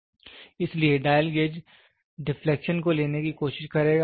इसलिए dial gauge deflection को लेने की कोशिश करेगा